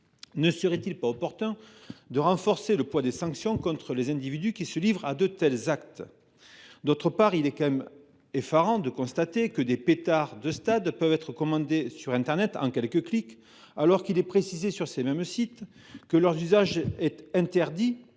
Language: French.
ne serait il pas opportun de renforcer les sanctions contre les individus qui se livrent à de tels actes ? En outre, il est effarant de constater que des pétards de stade peuvent être commandés sur internet en quelques clics, alors qu’il est précisé sur ces mêmes sites que leur usage est interdit